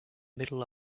middle